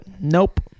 Nope